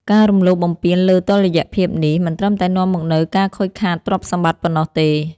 ការរំលោភបំពានលើតុល្យភាពនេះ មិនត្រឹមតែនាំមកនូវការខូចខាតទ្រព្យសម្បត្តិប៉ុណ្ណោះទេ។